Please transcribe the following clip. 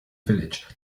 village